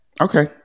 okay